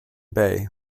bay